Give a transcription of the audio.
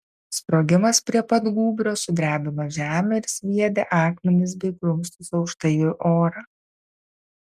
sprogimas prie pat gūbrio sudrebino žemę ir sviedė akmenis bei grumstus aukštai į orą